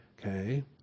Okay